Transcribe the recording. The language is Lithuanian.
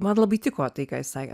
man labai tiko tai ką jis sakė